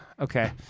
okay